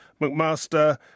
McMaster